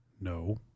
No